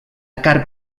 carn